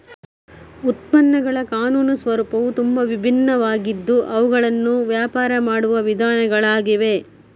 ಉತ್ಪನ್ನಗಳ ಕಾನೂನು ಸ್ವರೂಪವು ತುಂಬಾ ವಿಭಿನ್ನವಾಗಿದ್ದು ಅವುಗಳನ್ನು ವ್ಯಾಪಾರ ಮಾಡುವ ವಿಧಾನಗಳಾಗಿವೆ